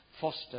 foster